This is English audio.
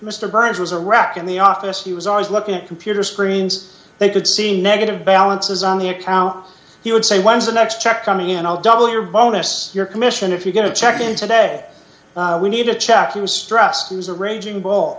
mr burns was a rock in the office he was always looking at computer screens they could see negative balances on the account he would say when's the next check coming and i'll double your bonus your commission if you get a check in today we need to check you stress is a raging ball